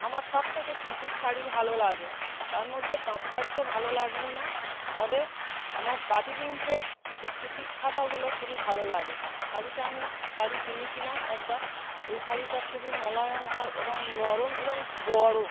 আমার সব থেকে সুতির শাড়ি ভালো লাগে তার মধ্যে তাঁত শাড়ি তো ভালো লাগেই না তবে আমার বাটি প্রিন্টের যে সুতির ছাপাগুলো খুবই ভালো লাগে শাড়িটা আমি শাড়ি কিনেছিলাম একবার ওই শাড়িটা খুবই মোলায়ম হয় এবং নরম এবং বড়ো